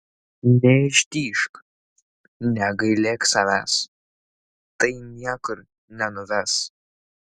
neištižk negailėk savęs tai niekur nenuves